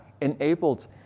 enabled